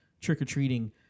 trick-or-treating